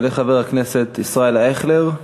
יעלה חבר הכנסת ישראל אייכלר.